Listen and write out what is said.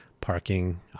parking